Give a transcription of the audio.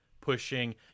pushing